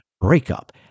Breakup